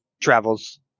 travels